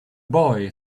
boy